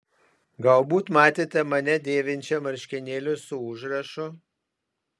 galbūt matėte mane dėvinčią marškinėlius su užrašu